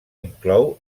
inclou